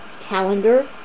calendar